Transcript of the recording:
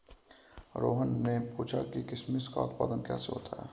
रोहन ने पूछा कि किशमिश का उत्पादन कैसे होता है?